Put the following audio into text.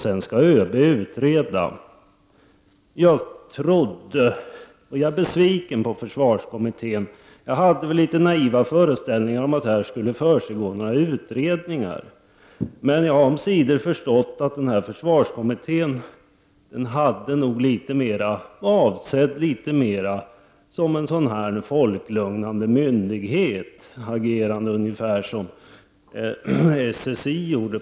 Sedan skall ÖB utreda. Jag är besviken på försvarskommittén. Jag hade litet naiva föreställningar om att där skulle försiggå utredningar. Jag har omsider förstått att försvarskommittén nog var avsedd litet mera som en folklugnande myndighet, agerande ungefär som SSI på sin tid gjorde.